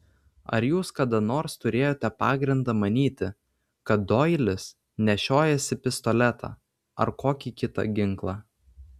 ar jūs kada nors turėjote pagrindą manyti kad doilis nešiojasi pistoletą ar kokį kitą ginklą